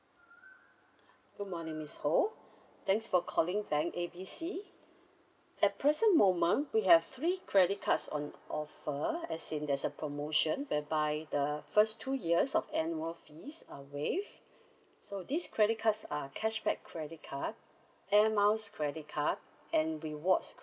good morning miss ho thanks for calling bank A B C at present moment we have three credit cards on offer as in there's a promotion whereby the first two years of annual fees are waived so these credit cards are cashback credit card air miles credit card and rewards